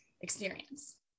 experience